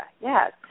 yes